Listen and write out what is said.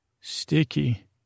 Sticky